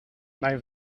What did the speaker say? mijn